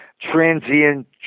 transient